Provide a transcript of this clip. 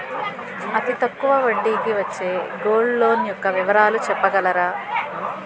అతి తక్కువ వడ్డీ కి వచ్చే గోల్డ్ లోన్ యెక్క వివరాలు చెప్పగలరా?